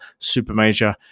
Supermajor